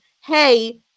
hey